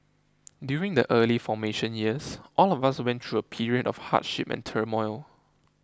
during the early formation years all of us went through a period of hardship and turmoil